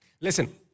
Listen